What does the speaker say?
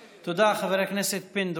תודה, חבר הכנסת פינדרוס.